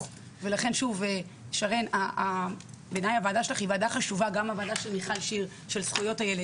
שרן ומיכל, הוועדות שלך חשובות.